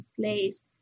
place